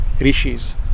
Rishis